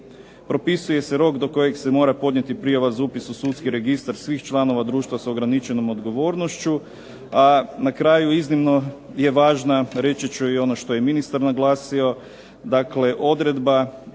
Propisuje se rok do kojeg se mora podnijeti prijava za upis u sudski registar svih članova društva s ograničenom odgovornošću, a na kraju iznimno je važna reći ću i ono što je i ministar naglasio, dakle odredba